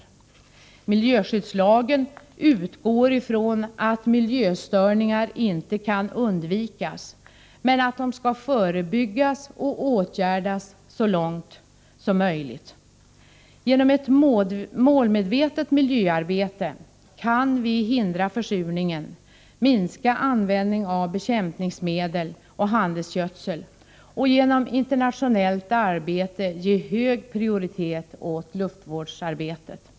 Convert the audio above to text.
I miljöskyddslagen utgår man från att miljöstörningar inte kan undvikas, men att de skall förebyggas och åtgärdas så långt som möjligt. Genom ett målmedvetet miljöarbete kan vi hindra försurningen och minska användningen av bekämpningsmedel och handelsgödsel, och genom ett internationellt samarbete kan vi ge hög prioritet åt luftvårdsarbetet.